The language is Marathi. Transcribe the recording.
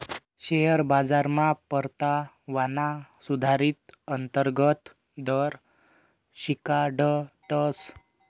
शेअर बाजारमा परतावाना सुधारीत अंतर्गत दर शिकाडतस